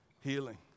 Healing